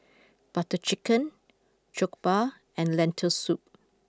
Butter Chicken Jokbal and Lentil Soup